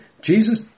Jesus